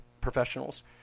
Professionals